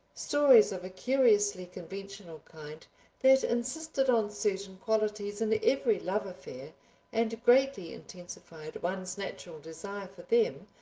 stories of a curiously conventional kind that insisted on certain qualities in every love affair and greatly intensified one's natural desire for them,